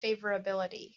favorability